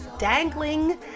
dangling